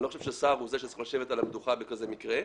אני לא חושב שהשר הוא זה שצריך לשבת על המדוכה במקרה כזה,